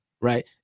right